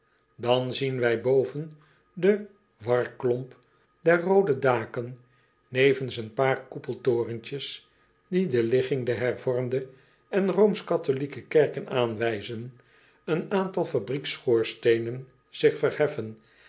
an zien wij boven den warklomp der roode daken nevens een paar koepeltorentjes die de ligging der erv en kerken aanwijzen een aantal fabrieksschoorsteenen zich verheffen